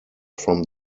from